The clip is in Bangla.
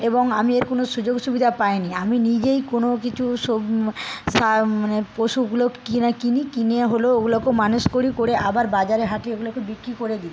এবং আমি এর কোন সুযোগ সুবিধা পাইনি আমি নিজেই কোন কিছু মানে পশুগুলো কিনে কিনি কিনে হল ওগুলোকে মানুষ করি আবার বাজারে হাটে ওগুলোকে বিক্রি করে দি